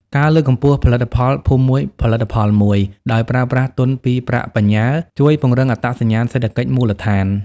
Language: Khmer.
ការលើកកម្ពស់ផលិតផល "ភូមិមួយ ផលិតផលមួយ" ដោយប្រើប្រាស់ទុនពីប្រាក់បញ្ញើ ជួយពង្រឹងអត្តសញ្ញាណសេដ្ឋកិច្ចមូលដ្ឋាន។